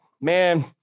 man